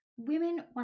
women